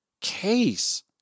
case